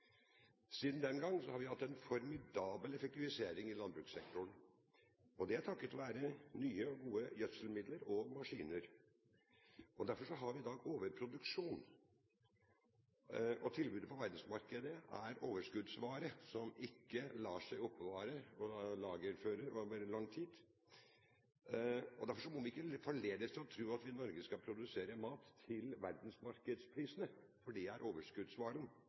siden hadde vi matmangel i store deler av verden, også i den vestlige. Siden den gang har vi hatt en formidabel effektivisering i landbrukssektoren, takket være nye og gode gjødselprodukter og maskiner. Derfor har vi i dag overproduksjon. Tilbudet på verdensmarkedet er overskuddsvare som ikke lar seg oppbevare og lagerføre over lang tid. Derfor må vi ikke forledes til å tro at vi i Norge skal produsere mat til verdensmarkedsprisene.